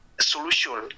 solution